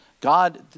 God